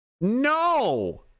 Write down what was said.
no